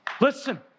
Listen